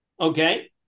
Okay